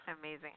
Amazing